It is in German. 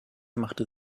machte